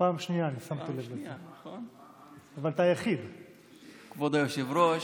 כבוד היושב-ראש,